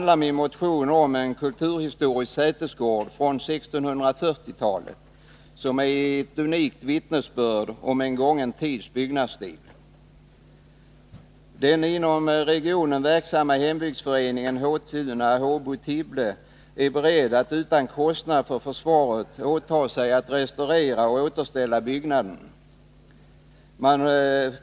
Min motion handlar om en kulturhistorisk sätesgård från 1640-talet, vilken är ett unikt vittnesbörd om en gången tids byggnadsstil. Den inom regionen verksamma hembygdsföreningen, Håtuna Håbo-Tibble hembygdsförening, är beredd att utan kostnad för försvaret åta sig att restaurera och återställa byggnaden.